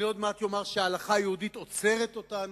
אני עוד מעט אומר שההלכה היהודית עוצרת אותנו.